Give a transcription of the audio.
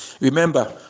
Remember